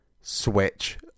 switch